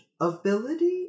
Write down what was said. ability